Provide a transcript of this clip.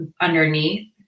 underneath